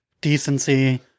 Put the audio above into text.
decency